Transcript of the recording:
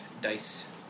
dice